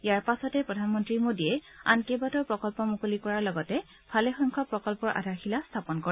ইয়াৰ পাছতেই প্ৰধানমন্ত্ৰী মোডীয়ে আন কেইবাটাও প্ৰকল্প মুকলি কৰাৰ লগতে ভালেসংখ্যক প্ৰকল্পৰ আধাৰশিলা স্থাপন কৰে